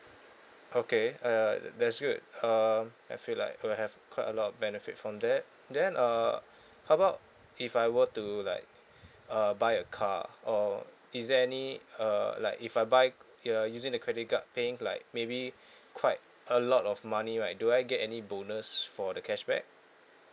okay err that's good uh I feel like will have quite a lot of benefit from that then uh how about if I were to like uh buy a car or is there any uh like if I buy uh using the credit card paying like maybe quite a lot of money right do I get any bonus for the cashback